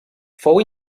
fou